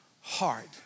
heart